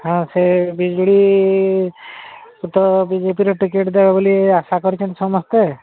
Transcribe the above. ହଁ ସେ ବିଗିଡ଼ି ତ ବିଜେପିର ଟିକେଟ୍ ଦେବେ ବୋଲି ଆଶା କରିଛନ୍ତି ସମସ୍ତେ